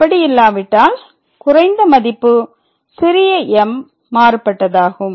அப்படி இல்லாவிட்டால் குறைந்த மதிப்பு சிறிய m மாறுபட்டதாகும்